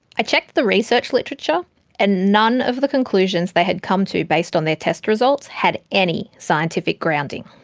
i checked the research literature and none of the conclusions they had come to based on their test results had any scientific grounding.